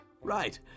right